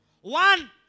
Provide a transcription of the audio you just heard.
One